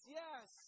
yes